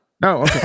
No